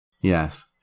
Yes